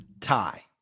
tie